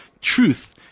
truth